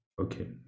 Okay